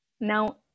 Now